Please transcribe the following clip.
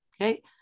okay